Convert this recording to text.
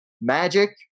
Magic